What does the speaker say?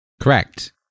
Correct